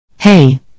Hey